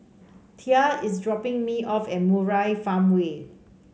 Tia is dropping me off at Murai Farmway